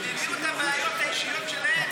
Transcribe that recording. והביאו את הבעיות האישיות שלהם,